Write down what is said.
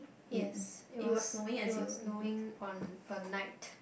yes it was it was snowing on a night